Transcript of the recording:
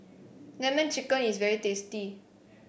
lemon chicken is very tasty